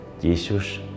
jesus